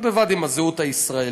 בד בבד עם הזהות הישראלית,